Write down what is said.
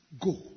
Go